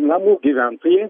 namų gyventojai